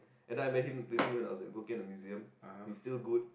and then recently I met him when I was in working at the museum he still good